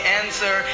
answer